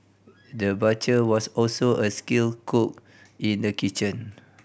the butcher was also a skilled cook in the kitchen